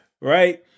right